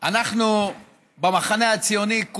אנחנו במחנה הציוני,